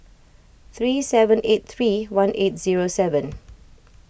three seven eight three one eight zero seven